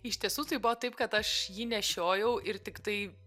iš tiesų tai buvo taip kad aš jį nešiojau ir tiktai